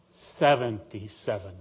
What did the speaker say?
Seventy-seven